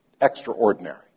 extraordinary